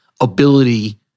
ability